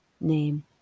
name